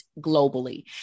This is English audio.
globally